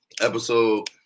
episode